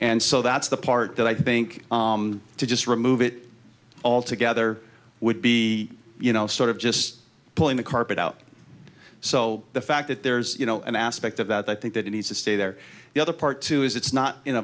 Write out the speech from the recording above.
and so that's the part that i think to just remove it altogether would be you know sort of just pulling the carpet out so the fact that there is you know an aspect of that i think that it needs to stay there the other part too is it's not in a